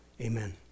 amen